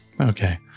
Okay